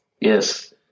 Yes